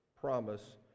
Promise